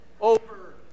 over